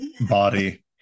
body